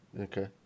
okay